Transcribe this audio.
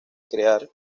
crear